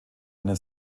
einen